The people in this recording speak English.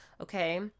Okay